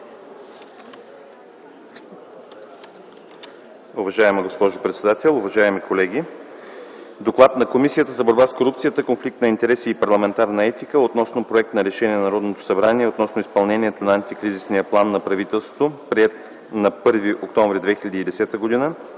Уважаема госпожо председател, уважаеми колеги! „ДОКЛАД на Комисията за борба с корупцията, конфликт на интереси и парламентарна етика, относно Проект за решение на Народното събрание относно изпълнението на Антикризисния план на правителството приет на 1 октомври 2009 г. и